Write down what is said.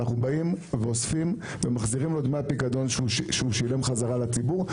אנחנו באים ואוספים ומחזירים לו את דמי הפיקדון שהוא שילם חזרה לציבור.